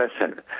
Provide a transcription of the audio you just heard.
listen